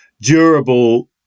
durable